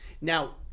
now